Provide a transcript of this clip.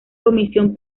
comisión